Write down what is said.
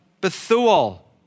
Bethuel